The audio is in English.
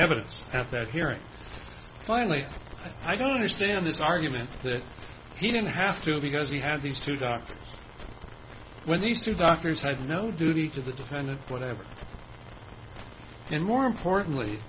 evidence at that hearing finally i don't understand this argument that he didn't have to because he had these two doctors when these two doctors had no duty to the defendant whatever and more importantly